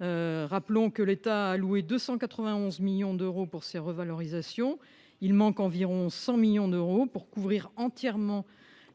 la santé. L’État a alloué 291 millions d’euros à ces revalorisations ; il manque environ 100 millions d’euros pour couvrir entièrement